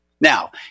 Now